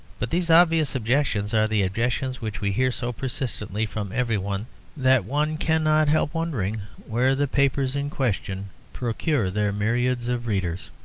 but these obvious objections are the objections which we hear so persistently from everyone that one cannot help wondering where the papers in question procure their myriads of readers.